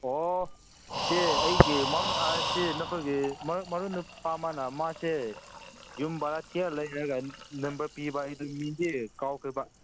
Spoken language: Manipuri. ꯑꯣ ꯁꯦ ꯑꯩꯒꯤ ꯁꯤ ꯅꯈꯣꯏꯒꯤ ꯃꯅꯥꯎ ꯅꯨꯄꯥ ꯃꯥꯅ ꯃꯥꯁꯦ ꯌꯨꯝ ꯚꯔꯥ ꯊꯤꯔ ꯂꯩꯔꯒ ꯅꯝꯕꯔ ꯄꯤꯕ ꯑꯩꯗꯣ ꯃꯤꯁꯦ ꯀꯥꯎꯈ꯭ꯔꯕ